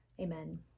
Amen